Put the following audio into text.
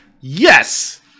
Yes